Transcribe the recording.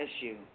issue